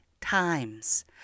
times